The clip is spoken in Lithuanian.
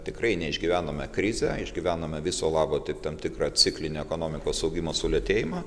tikrai neišgyvenome krizę išgyvenome viso labo tik tam tikrą ciklinį ekonomikos augimo sulėtėjimą